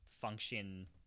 function